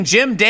Jim